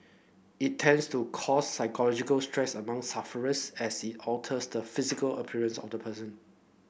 it tends to cause psychological stress among sufferers as it alters the physical appearance of the person